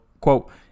quote